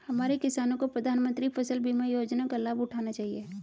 हमारे किसानों को प्रधानमंत्री फसल बीमा योजना का लाभ उठाना चाहिए